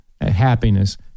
happiness